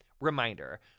Reminder